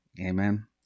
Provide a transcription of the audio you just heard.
amen